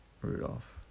Rudolph